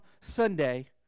Sunday